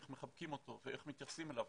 איך מחבקים אותו ואיך מתייחסים אליו,